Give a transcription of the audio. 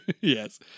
Yes